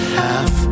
half